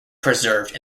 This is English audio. preserved